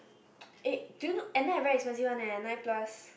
eh do you know at night very expensive one eh nine plus